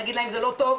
נגיד להם שזה לא טוב,